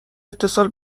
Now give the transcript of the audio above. اتصال